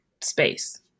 space